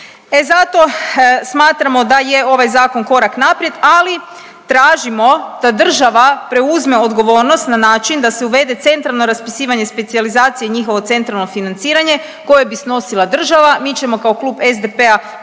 E zato smatramo da je ovaj zakon korak naprijed, ali tražimo da država preuzme odgovornost na način da se uvede centralno raspisivanje specijalizacija, njihovo centralno financiranje koje bi snosila država. Mi ćemo kao klub SDP-a